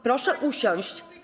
Proszę usiąść.